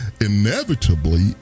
inevitably